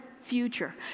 future